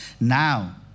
now